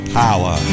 power